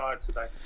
today